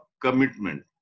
commitment